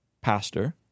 pastor